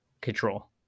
control